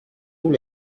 tous